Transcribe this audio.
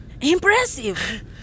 Impressive